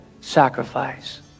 sacrifice